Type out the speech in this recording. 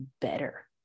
better